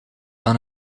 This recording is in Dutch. aan